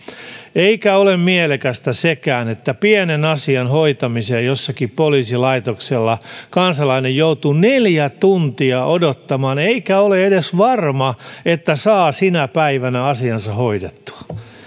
eikä ole mielekästä sekään että pienen asian hoitamiseksi jollakin poliisilaitoksella kansalainen joutuu neljä tuntia odottamaan eikä ole edes varma että saa sinä päivänä asiansa hoidettua